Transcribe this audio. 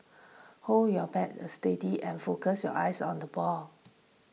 hold your bat steady and focus your eyes on the ball